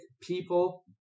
people